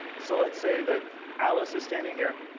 so let's say that alice is standing here.